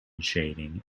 shading